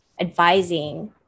advising